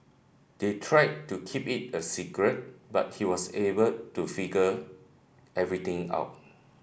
they tried to keep it a secret but he was able to figure everything out